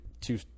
two